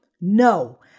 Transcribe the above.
No